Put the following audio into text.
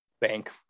bank